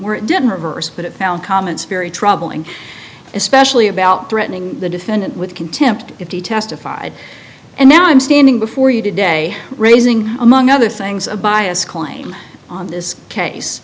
where it didn't reverse but it found comments very troubling especially about threatening the defendant with contempt if he testified and now i'm standing before you today raising among other things a bias claim on this case